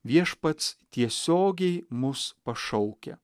viešpats tiesiogiai mus pašaukia